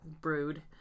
Brood